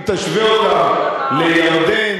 אם תשווה אותם לירדן,